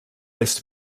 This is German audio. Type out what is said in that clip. ist